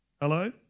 Hello